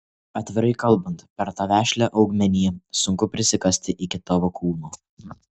atvirai kalbant per tą vešlią augmeniją sunku prisikasti iki tavo kūno